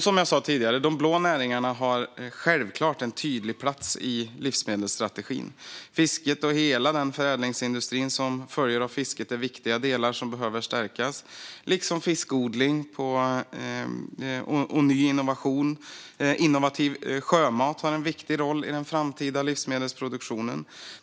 Som jag sa tidigare har de blå näringarna självklart en tydlig plats i livsmedelsstrategin. Fisket och hela den förädlingsindustri som följer av fisket är viktiga delar som behöver stärkas, liksom fiskodling och ny innovation. Innovativ sjömat har en viktig roll i den framtida livsmedelsproduktionen.